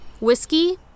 whiskey